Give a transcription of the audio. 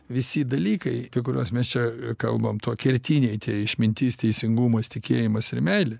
visi dalykai kuriuos mes čia kalbam to kertiniai tie išmintis teisingumas tikėjimas ir meilė